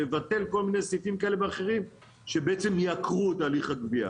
לבטל כל מיני סעיפים כאלה ואחרים שבעצם יעקרו את תהליך הגבייה.